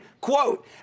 quote